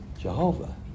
Jehovah